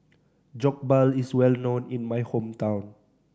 jokbal is well known in my hometown